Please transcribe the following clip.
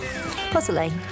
puzzling